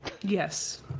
Yes